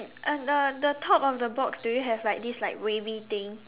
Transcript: uh the the top of the box do you have like this like wavy thing